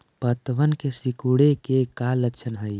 पत्तबन के सिकुड़े के का लक्षण हई?